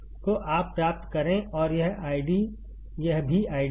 तो आप प्राप्त करें और यह भी आईडी है